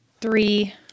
three